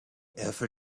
eiffel